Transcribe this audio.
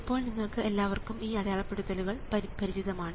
ഇപ്പോൾ നിങ്ങൾക്ക് എല്ലാവർക്കും ഈ അടയാളപ്പെടുത്തലുകൾ പരിചിതമാണ്